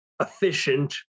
efficient